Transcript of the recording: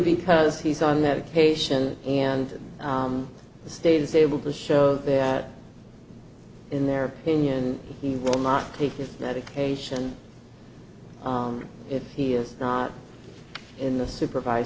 because he's on medication and the state is able to show that in their opinion he will not take the medication if he is not in the supervis